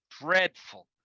dreadful